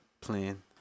plan